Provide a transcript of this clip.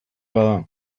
bada